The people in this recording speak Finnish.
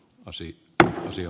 keskustelusta